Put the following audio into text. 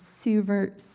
super